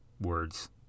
words